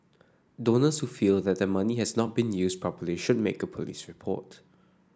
donors who feel that their money has not been used properly should make a police report